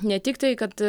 ne tik tai kad